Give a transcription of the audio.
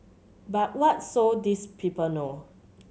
but what so these people know